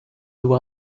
who